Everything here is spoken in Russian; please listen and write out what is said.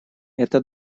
это